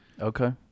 Okay